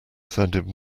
sounded